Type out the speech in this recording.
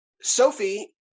Sophie